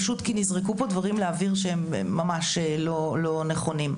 פשוט כי נזרקו פה דברים לאוויר שהם ממש לא נכונים.